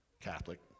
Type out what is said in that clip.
Catholic